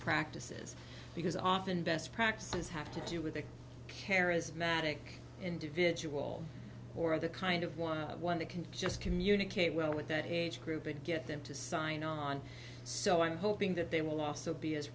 practices because often best practices have to do with a charismatic individual or the kind of one on one they can just communicate well with that age group and get them to sign on so i'm hoping that they will also be as